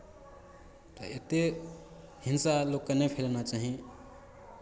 एतेक हिंसा लोककेँ नहि फैलाना चाही